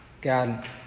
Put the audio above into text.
God